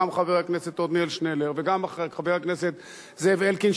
גם חבר הכנסת עתניאל שנלר וגם חבר הכנסת זאב אלקין,